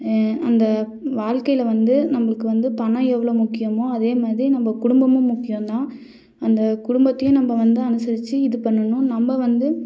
அந்த வாழ்க்கையில வந்து நம்மளுக்கு வந்து பணம் எவ்வளோ முக்கியமோ அதே மாதிரி நம்ம குடும்பமும் முக்கியம் தான் அந்த குடும்பத்தையும் நம்ம வந்து அனுசரித்து இது பண்ணணும் நம்ம வந்து